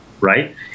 Right